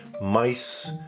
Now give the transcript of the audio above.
mice